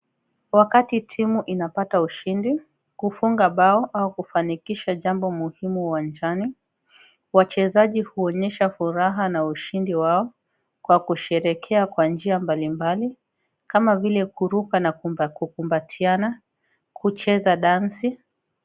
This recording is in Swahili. Wakati timu inapata ushindi, kufunga bao au kufanikisha jambo muhimu uwanjani, wachezaji huonyesha furaha na ushindi wao, kwa kusherehekea kwa njia mbalimbali, kama vile kuruka na kukumbatiana, kucheza dansi.